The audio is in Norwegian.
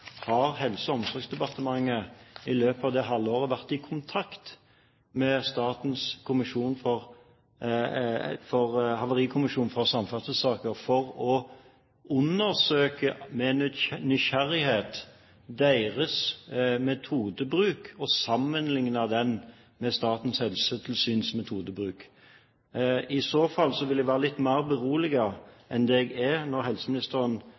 har Helse- og omsorgsdepartementet vært i kontakt med Statens havarikommisjon for transport for å undersøke, med nysgjerrighet, deres metodebruk og sammenligne den med Statens helsetilsyns metodebruk? I så fall vil jeg være litt mer beroliget enn det jeg er når helseministeren